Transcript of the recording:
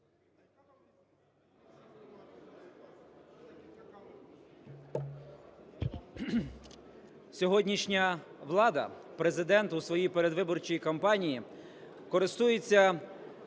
Сьогоднішня влада, Президент у своїй передвиборчій кампанії користується